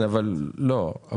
מה